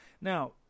Now